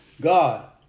God